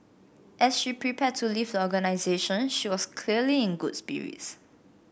as she prepared to leave the organization she was clearly in good spirits